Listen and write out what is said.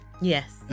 Yes